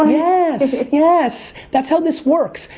yes. yes, that's how this works.